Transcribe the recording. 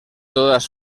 todas